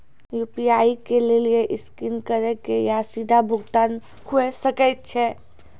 UPI के लेली scan करि के या सीधा भुगतान हुये सकै छै